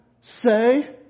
say